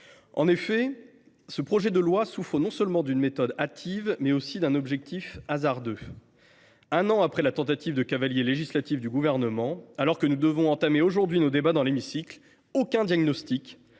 En effet, ce projet de loi souffre non seulement d’une méthode hâtive, mais aussi d’un objectif hasardeux. Un an après la tentative de cavalier législatif du Gouvernement, alors que nous devons entamer aujourd’hui nos débats dans l’hémicycle, aucun diagnostic,